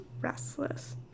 restless